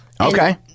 Okay